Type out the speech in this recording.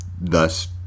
thus